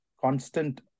constant